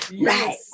Right